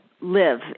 live